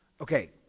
Okay